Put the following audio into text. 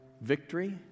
Victory